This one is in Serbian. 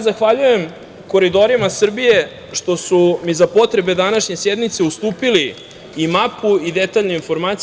Zahvaljujem Koridorima Srbije što su mi za potrebe današnje sednice ustupili i mapu i detaljne informacije.